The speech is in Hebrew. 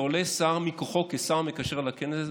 שעולה שר מכוחו כשר מקשר לכנסת,